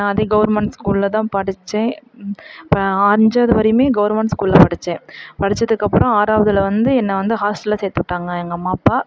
அதே கவர்மெண்ட் ஸ்கூலில்தான் படித்தேன் இப்போ அஞ்சாவது வரையுமே கவர்மெண்ட் ஸ்கூலில் படித்தேன் படித்ததுக்கு அப்புறம் ஆறாவதில் வந்து என்ன வந்து ஹாஸ்டலில் சேர்த்து விட்டாங்க எங்கள் அம்மா அப்பா